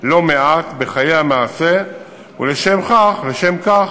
לא מעט בחיי המעשה, ולשם כך